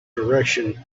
direction